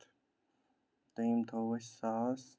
دوٚیِم تھاوَو أسۍ ساس